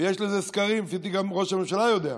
יש לזה סקרים, לפי דעתי גם ראש הממשלה יודע,